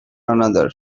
another